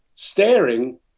staring